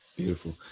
Beautiful